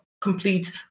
complete